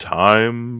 time